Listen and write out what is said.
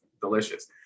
delicious